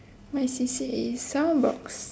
my C_C_A is soundbox